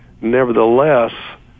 nevertheless